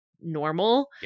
normal